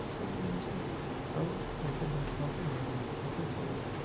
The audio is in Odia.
ସେ ସବୁ ଜିନିଷ ଆଉ ଏବେ ଦେଖିବାକୁ ମିଳୁନାହିଁ ଏବେ ସବୁ